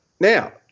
Now